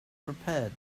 prepared